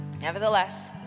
nevertheless